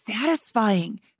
satisfying